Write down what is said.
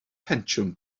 pensiwn